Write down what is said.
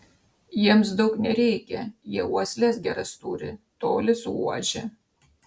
jiems daug nereikia jie uosles geras turi toli suuodžia